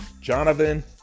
Jonathan